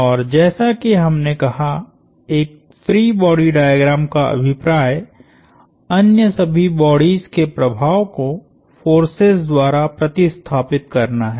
और जैसा कि हमने कहा एक फ्री बॉडी डायग्राम का अभिप्राय अन्य सभी बॉडीस के प्रभाव को फोर्सेज द्वारा प्रतिस्थापित करना है